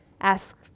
ask